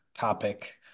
topic